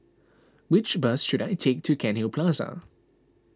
which bus should I take to Cairnhill Plaza